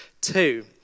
two